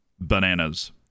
bananas